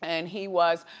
and he was,